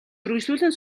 үргэлжлүүлэн